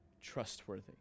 trustworthy